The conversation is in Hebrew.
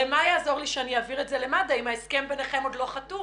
הרי מה יעזור לי שאני אעביר את זה למד"א אם ההסכם ביניכם עוד לא חתום